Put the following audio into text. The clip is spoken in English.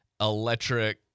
electric